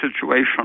situation